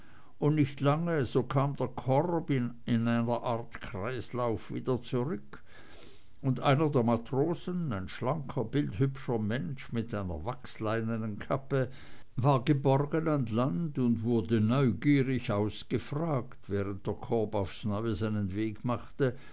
und nicht lange so kam der korb in einer art kreislauf wieder zurück und einer der matrosen ein schlanker bildhübscher mensch mit einer wachsleinenen kappe war geborgen an land und wurde neugierig ausgefragt während der korb aufs neue seinen weg machte